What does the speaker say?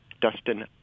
Dustin